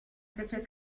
fece